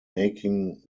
making